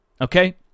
okay